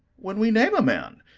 when we name a man,